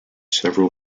several